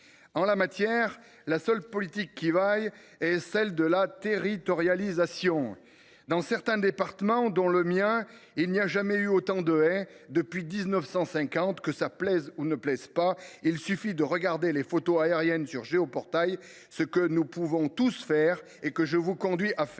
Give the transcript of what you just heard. En la matière, la seule politique qui vaille est celle de la territorialisation : dans certains départements, dont le mien, il n’y a jamais eu autant de haies depuis 1950, que cela plaise ou non. Il suffit de regarder les photos aériennes sur Géoportail, ce que nous pouvons tous faire. Je vous invite